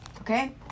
Okay